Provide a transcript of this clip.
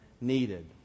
needed